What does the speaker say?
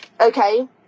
okay